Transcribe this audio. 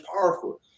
powerful